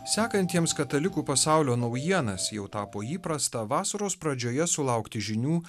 sekantiems katalikų pasaulio naujienas jau tapo įprasta vasaros pradžioje sulaukti žinių